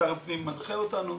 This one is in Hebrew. שר הפנים מנחה אותנו.